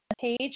page